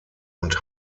und